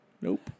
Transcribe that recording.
Nope